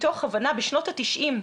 בשנות ה-90,